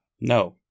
No